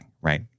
Right